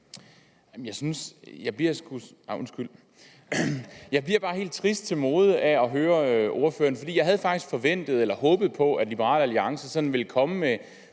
Jeg bliver bare helt trist til mode af at høre ordføreren, for jeg havde faktisk forventet eller håbet på, at Liberal Alliance ville komme med